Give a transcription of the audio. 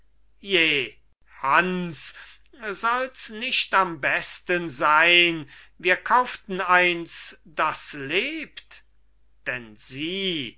hans sollts nicht am besten sein wir kauften eins das lebt denn sieh